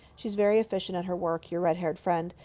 she's very efficient at her work, your red-haired friend.